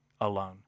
alone